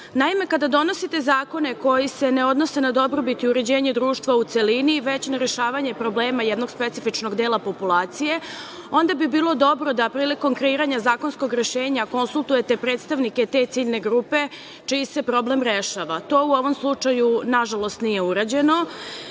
loš. Naime, kada donosite zakone koji se ne odnose na dobrobit i uređenje društva u celini, već na rešavanje problema jednog specifičnog dela populacije, onda bi bilo dobro da prilikom kreiranja zakonskog rešenja konsultujete predstavnike te ciljne grupe čiji se problem rešava. To u ovom slučaju, nažalost, nije urađeno